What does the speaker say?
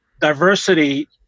Diversity